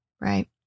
Right